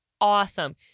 awesome